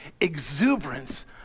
exuberance